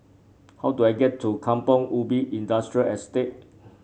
how do I get to Kampong Ubi Industrial Estate